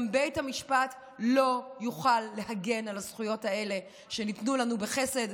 גם בית המשפט לא יוכל להגן על הזכויות האלה שניתנו לנו בחסד,